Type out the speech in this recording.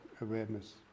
awareness